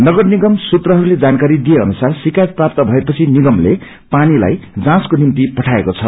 नगर निगम सूत्रहस्ले जानकारी दिए अनुसार शिकायत प्राप्त भएपछि निगमले पानीलाई जाँचको निम्ति पठाएको छ